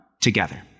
together